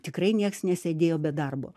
tikrai nieks nesėdėjo be darbo